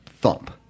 thump